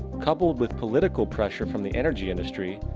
coupled with political pressure from the energy industry,